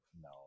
no